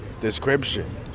description